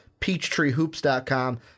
peachtreehoops.com